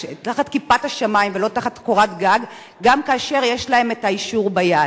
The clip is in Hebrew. כיפת השמים ולא תחת קורת גג גם כאשר יש להם את האישור ביד.